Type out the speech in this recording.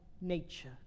nature